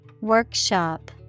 Workshop